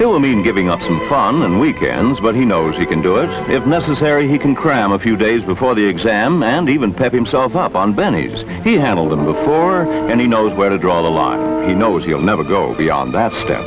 i mean giving up some fun and weekends but he knows he can do it if necessary he can cram a few days before the exam and even pep himself up on bennies he handled them before and he knows where to draw the line he knows he'll never go beyond that step